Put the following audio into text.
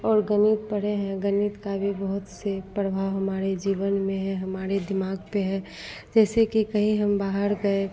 और गणित पढ़े हैं गणित का भी बहुत से प्रभाव हमारे जीवन में है हमारे दिमाग पर है जैसे कि कहीं हम बाहर गए